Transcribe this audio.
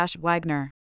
Wagner